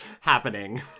happening